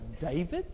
David